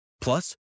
Plus